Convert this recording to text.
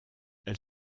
elle